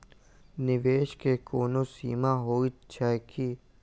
निवेश केँ कोनो सीमा होइत छैक की?